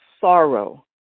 sorrow